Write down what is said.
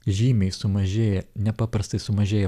žymiai sumažėja nepaprastai sumažėja